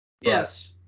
Yes